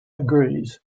agrees